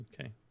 Okay